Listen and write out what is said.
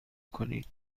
کنید